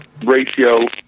ratio